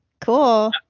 Cool